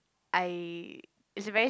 I it's very